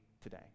today